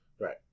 Right